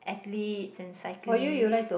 athletes and cyclists